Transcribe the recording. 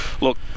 look